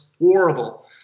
horrible